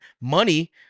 money